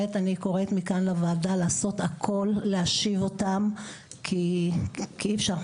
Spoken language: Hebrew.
אני קוראת מכאן לוועדה לעשות הכול ולהשיב אותם כי אי אפשר,